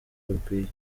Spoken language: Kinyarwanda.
bikwiye